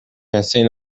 recém